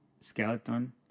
Skeleton